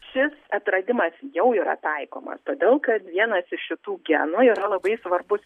šis atradimas jau yra taikomas todėl kad vienas iš tų genų yra labai svarbus